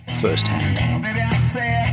firsthand